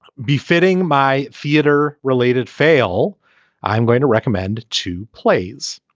befitting my theater related fail i'm going to recommend two plays.